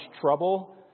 trouble